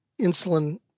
insulin